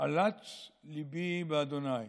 "עלץ לִבי בה'",